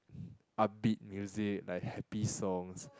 upbeat music like happy songs